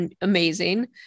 amazing